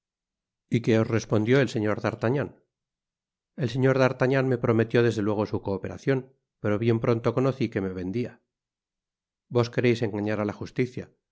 y que os respondió el señor d'artagnan el señor d'artagnan me prometió desde luego su cooperacion pero bien pronto conoci que me vendia vos quereis engañar á la justicia